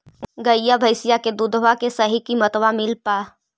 गईया भैसिया के दूधबा के सही किमतबा मिल पा?